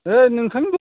ओइ नोंथांनि